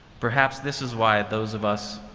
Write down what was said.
perhaps this is why those of us